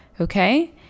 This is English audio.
Okay